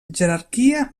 jerarquia